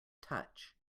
touch